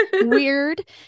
weird